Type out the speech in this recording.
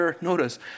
Notice